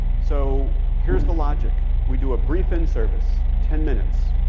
so here's the logic. we do a brief inservice ten minutes.